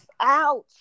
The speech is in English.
ouch